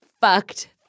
fucked